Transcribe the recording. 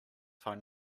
phone